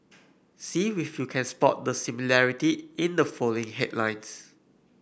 see with you can spot the similarity in the following headlines